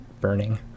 burning